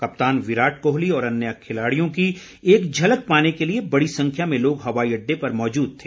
कप्तान विराट कोहली और अन्य खिलाड़ियों की एक झलक पाने के लिए बड़ी संख्या में लोग हवाई अड्डे पर मौजूद थे